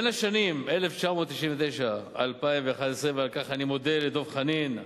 בשנים 1999 2011, ועל כך אני מעודד את דב חנין.